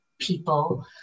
people